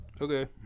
Okay